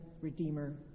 Redeemer